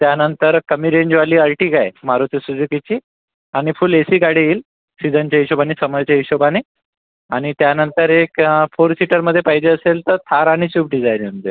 त्यानंतर कमी रेंजवाली आर्टिगाय मारुती सुझुकीची आणि फुल एसी गाडी येईल सीझनच्या हिशोबानी समरच्या हिशोबानी आणि त्यानंतर एक फोर सिटरमध्ये पाहिजे असेल तर थार आणि स्विफ्ट डिझायर येऊन जाईल